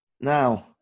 Now